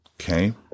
Okay